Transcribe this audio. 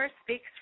Speaks